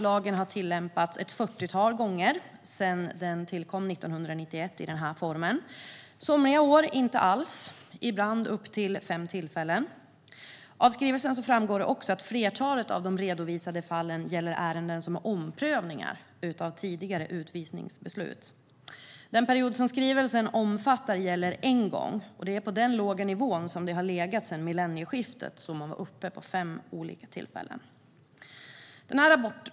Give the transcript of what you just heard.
Lagen har tillämpats ett fyrtiotal gånger sedan den 1991 tillkom i den här formen, somliga år inte alls och ibland vid upp till fem tillfällen. Av skrivelsen framgår också att flertalet av de redovisade fallen gäller ärenden som är omprövningar av tidigare utvisningsbeslut. Den period som skrivelsen omfattar gäller ett ärende, och det är på den låga nivån som det har legat sedan millennieskiftet, då det var uppe i fem olika ärenden.